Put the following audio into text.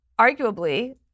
arguably